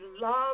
love